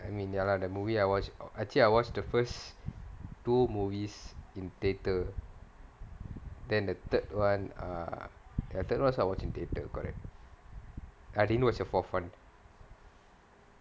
I mean ya lah the movie I watched actually I watched the first two movies in theatre then the third [one] ya third [one] also I watched in theatre correct I didn't know what was the fourth [one]